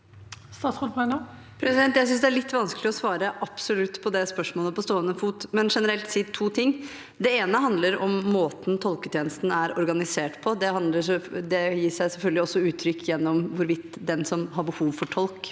Jeg synes det er litt vanskelig å svare absolutt på det spørsmålet på stående fot, men vil generelt si to ting. Det ene handler om måten tolketjenesten er organisert på. Det gir seg selvfølgelig også uttrykk gjennom hvorvidt den som har behov for tolk,